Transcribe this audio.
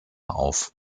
auf